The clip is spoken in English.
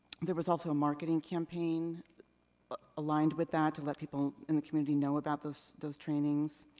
there was also a marketing campaign aligned with that, to let people in the community know about those those trainings.